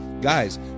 Guys